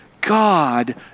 God